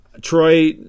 Troy